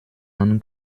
man